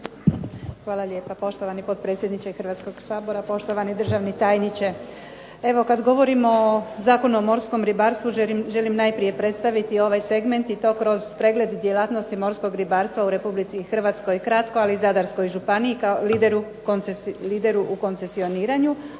Hvala lijepo. Poštovani potpredsjedniče Hrvatskog sabora, poštovani državni tajniče. Evo kada govorimo o Zakonu o morskom ribarstvu želim najprije predstaviti ovaj segment i to kroz pregled djelatnosti morskog ribarstva u Republici Hrvatskoj kratko, ali i Zadarskoj županiji kao lideru u koncesioniranju,